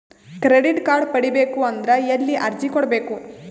Credit card ಪಡಿಬೇಕು ಅಂದ್ರ ಎಲ್ಲಿ ಅರ್ಜಿ ಕೊಡಬೇಕು?